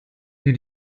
mir